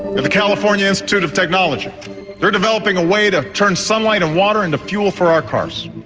at the california institute of technology they are developing a way to turn sunlight and water into fuel for our cars.